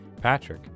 Patrick